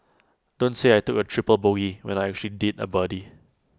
don't say I took A triple bogey when I actually did A birdie